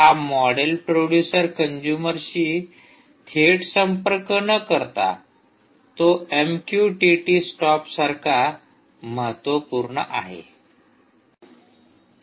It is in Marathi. हा मॉडेल प्रोडूसर कंजुमरशी थेट संपर्क न करता तो एमक्यूटीटी स्टॉप सारखा महत्वपूर्ण आहे